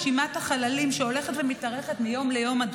רשימת החללים שהולכת ומתארכת מיום ליום,